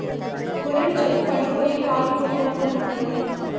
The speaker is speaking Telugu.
గొర్రెలు జబ్బు పడిపోయి కాలుగుంటెత్తన్నాయి